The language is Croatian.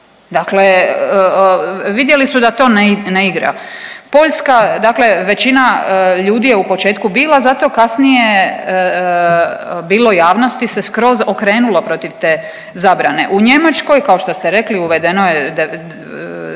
dakle vidjeli su da to ne igra. Poljska dakle većina ljudi je u početku bila za to, kasnije bilo javnosti se skroz okrenulo protiv te zabrane. U Njemačkoj kao što ste rekli uvedeno je